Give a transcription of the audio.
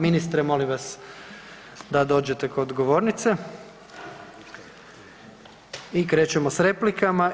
Ministre, molim vas da dođete kod govornice i krećemo s replikama.